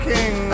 King